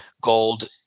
gold